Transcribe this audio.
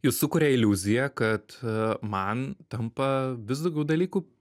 jis sukuria iliuziją kad man tampa vis daugiau dalykų